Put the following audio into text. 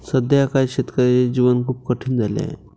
सध्याच्या काळात शेतकऱ्याचे जीवन खूप कठीण झाले आहे